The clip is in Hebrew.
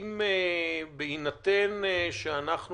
האחת, בהינתן שאנחנו